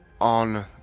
on